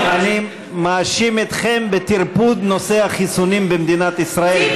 אני מאשים אתכם בטרפוד נושא החיסונים במדינת ישראל,